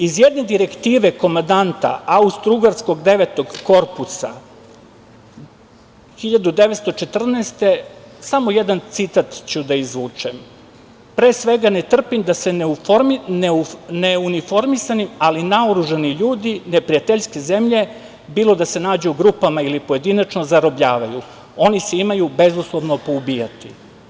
Iz jedne direktive komandanta Austro-ugarskog devetog korpusa, 1914. godine, samo jedan citat ću da izvučem – pre svega ne trpim da se neuniformisani, ali naoružani ljudi, neprijateljske zemlje, bilo da se nađu u grupama ili pojedinačno, zarobljavaju, oni se imaju bezuslovno poubijati.